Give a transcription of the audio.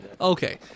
Okay